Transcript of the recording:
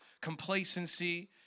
complacency